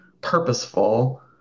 purposeful